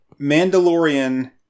Mandalorian